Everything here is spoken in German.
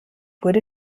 wurde